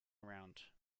around